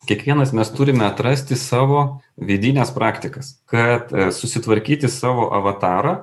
kiekvienas mes turime atrasti savo vidines praktikas kad susitvarkyti savo avatarą